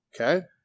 Okay